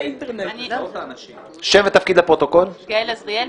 פתרון משפטי?